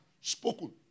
spoken